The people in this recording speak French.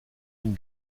une